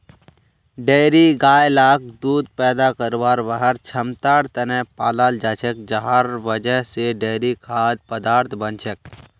dairy गाय लाक दूध पैदा करवार वहार क्षमतार त न पालाल जा छेक जहार वजह से डेयरी खाद्य पदार्थ बन छेक